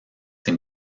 ses